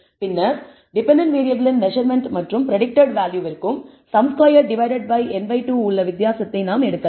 பின்னர் டெபென்டென்ட் வேறியபிளின் மெசர்மென்ட் மற்றும் பிரடிக்டட் வேல்யூவிற்கும் sum squared divided by n 2 உள்ள வித்தியாசத்தை நாம் எடுக்கலாம்